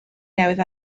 newydd